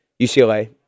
UCLA